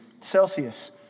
Celsius